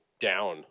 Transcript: down